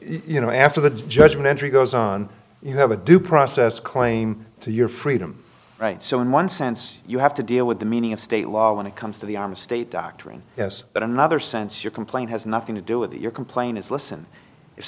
you know after the judgment entry goes on you have a due process claim to your freedom right so in one sense you have to deal with the meaning of state law when it comes to the arm of state doctoring yes but in another sense your complaint has nothing to do with your complaint is listen if